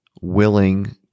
willing